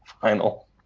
final